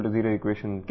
B0 equation వచ్చింది